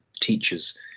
teachers